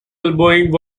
elbowing